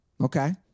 Okay